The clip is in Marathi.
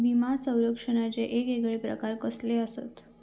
विमा सौरक्षणाचे येगयेगळे प्रकार कसले आसत?